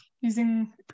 using